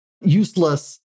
useless